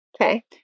Okay